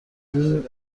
جون